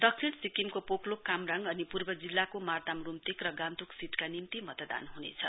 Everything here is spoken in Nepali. दक्षिण सिक्किमको पोरलोक कामराङ अनि पूर्व जिल्लाको मार्ताम रुम्तेक र गान्तोक सीटका निम्ति मतदान हुनेछ